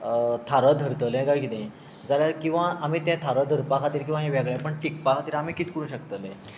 थारो धरतलें काय कितें जाल्यार किंवां आमी तें थारो धरपा खातीर किंवां हें वेगळेंपण टिकपा खातीर आमी कितें करूंक शकतले